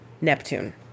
Neptune